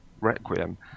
Requiem